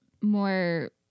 more